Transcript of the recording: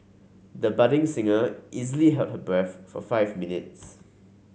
the budding singer easily held her breath for five minutes